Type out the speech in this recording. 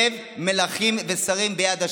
"לב מלכים ושרים ביד ה'".